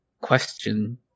question